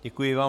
Děkuji vám.